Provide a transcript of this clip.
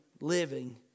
living